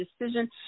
decision